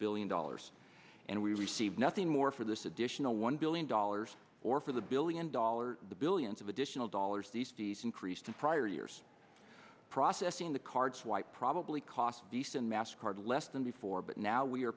billion dollars and we received nothing more for this additional one billion dollars or for the billion dollars the billions of additional dollars these fees increased in prior years processing the card swipe probably cost decent master card less than before but